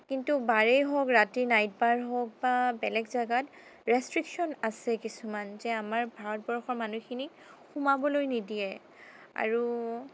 কিন্তু বাৰেই হওঁক বা ৰাতি নাইট বাৰ হওঁক বা বেলেগ জাগাত ৰেষ্ট্ৰিকশ্য়ন আছে কিছুমান যে আমাৰ ভাৰতবৰ্ষৰ মানুহখিনিক সোমাবলৈ নিদিয়ে আৰু